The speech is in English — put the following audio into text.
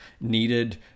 needed